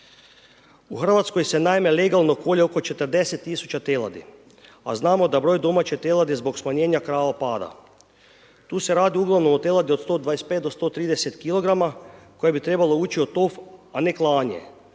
U Hrvatskoj se naime, legalno kolje oko 40000 teladi, a znamo da broj domaće teladi zbog smanjenja krava opada. Tu se radi ugl. od teladi od 125-130 kg, koje bi trebaju ući u tof a ne klanje.